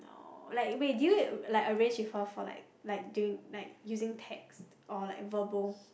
like wait did you like arrange with her for like like during like using text or like verbal